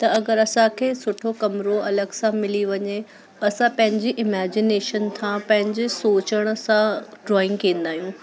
त अगरि असांखे सुठो कमिरो अलॻि सां मिली वञे असां पंहिंजी इमैजिनेशन खां था पंहिंजे सोचण सां ड्राइंग कंदा आहियूं